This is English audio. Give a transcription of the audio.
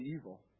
evil